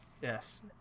yes